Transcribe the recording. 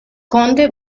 conde